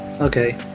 Okay